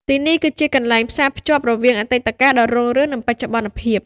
ទីនេះគឺជាកន្លែងផ្សារភ្ជាប់រវាងអតីតកាលដ៏រុងរឿង និងបច្ចុប្បន្នភាព។